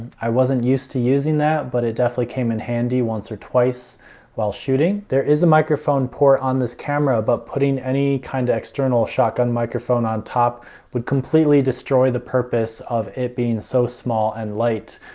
i wasn't used to using that but it definitely came in handy once or twice while shooting. there is a microphone port on this camera. but putting any kind of external shotgun microphone on top would completely destroy the purpose of it being so small and light.